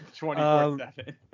24/7